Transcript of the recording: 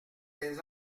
des